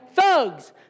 thugs